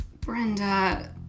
Brenda